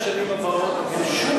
אתה מסכים שבשמונה השנים הבאות אין שום